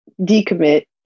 decommit